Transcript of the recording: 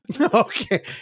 Okay